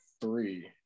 Three